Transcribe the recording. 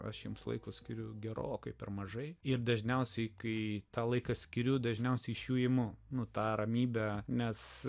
aš jums laiko skiriu gerokai per mažai ir dažniausiai kai tą laiką skiriu dažniausiai iš jų imu nu tą ramybę nes